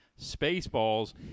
Spaceballs